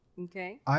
Okay